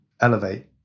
elevate